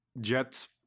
Jet's